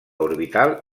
orbital